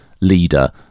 leader